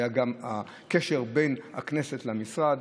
היה גם הקשר בין הכנסת למשרד.